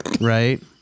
right